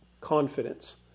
confidence